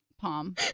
palm